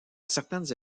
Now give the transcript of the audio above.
certaines